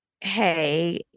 hey